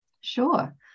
Sure